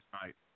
tonight